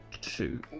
two